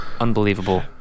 Unbelievable